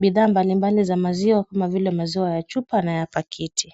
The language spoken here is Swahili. Bidhaa mbalimbali za maziwa kama vile maziwa ya chupa na ya pakiti.